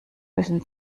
müssen